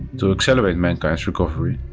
to accelerate mankind's recovery,